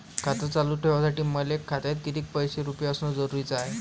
खातं चालू ठेवासाठी माया खात्यात कितीक रुपये असनं जरुरीच हाय?